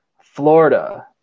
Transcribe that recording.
Florida